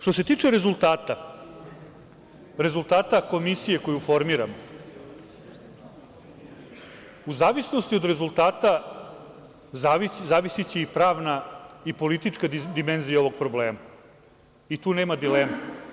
Što se tiče rezultata komisije koju formiramo, u zavisnosti od rezultata zavisiće i pravna i politička dimenzija ovog problema i tu nema dileme.